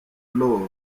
love